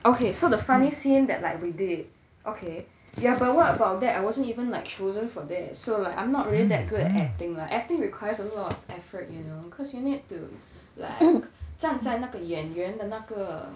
okay so the funny scene that like we did okay yeah but what about that I wasn't even like chosen for that so like I'm not really that good acting lah acting requires a lot of effort you know cause you need to like 站在那个演员的那个